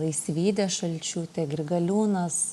laisvydė šalčiūtė grigaliūnas